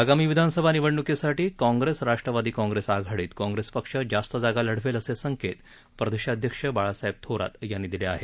आगामी विधानसभा निवडण्कीसाठी काँग्रेस राष्ट्रवादी काँग्रेस आघाडीत काँग्रेस पक्ष जास्त जागा लढवेल असे संकेत प्रदेशाध्यक्ष बाळासाहेब थोरात यांनी दिले आहेत